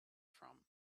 from